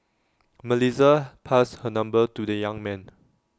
Melissa passed her number to the young man